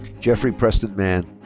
geoffrey preston mann.